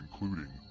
including